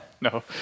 No